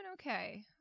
okay